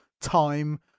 time